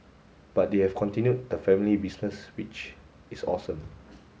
but they have continued the family business which is awesome